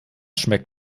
schmeckt